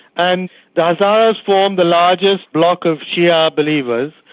and the and hazaras form the largest bloc of shia believers.